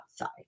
outside